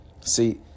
See